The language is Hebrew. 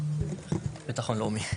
בבקשה.